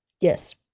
Yes